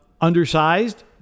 undersized